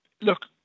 Look